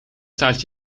staat